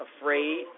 afraid